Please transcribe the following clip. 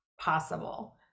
possible